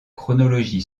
chronologie